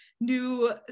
new